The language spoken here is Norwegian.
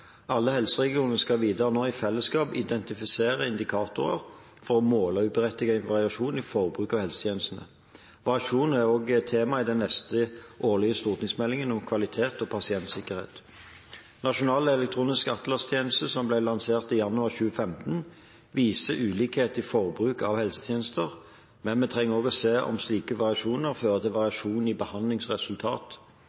Alle helseregionene skal videre i fellesskap identifisere indikatorer for å måle uberettiget variasjon i forbruk av helsetjenestene. Variasjon er også et tema i den neste årlige stortingsmeldingen om kvalitet og pasientsikkerhet. Nasjonal elektronisk atlastjeneste, som ble lansert i januar 2015, viser ulikheter i forbruk av helsetjenester, men vi trenger også å se om slike variasjoner fører til